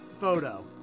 photo